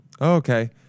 okay